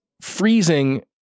freezing